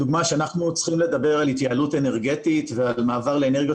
כשאנחנו צריכים לדבר על התייעלות אנרגטית ועל מעבר לאנרגיות